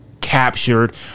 captured